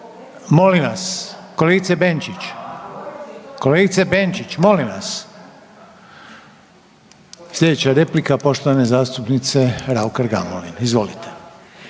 Benčić, kolegice Benčić molim vas. Slijedeća replika poštovane zastupnice Raukar Gamulin. Izvolite.